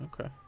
Okay